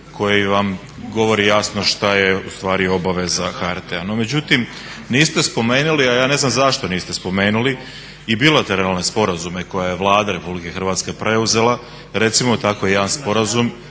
koji vam govori jasno šta je u stvari obaveza HRT. No međutim, niste spomenuli, a ja ne znam zašto niste spomenuli i bilateralne sporazume koje je Vlada RH preuzela. Recimo tako jedan sporazum,